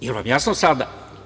Jel vam jasno sada?